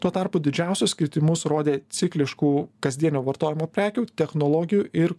tuo tarpu didžiausius kritimus rodė cikliškų kasdienio vartojimo prekių technologijų ir